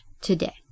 today